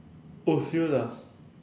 oh serious ah